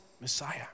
Messiah